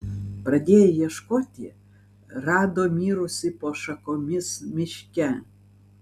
pradėję ieškoti rado mirusį po šakomis miške